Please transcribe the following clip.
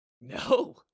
No